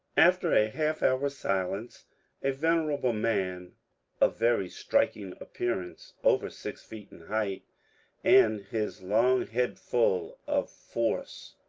after a half-hour's silence a venerable man of very striking appearance, over six feet in height and his long head full of force,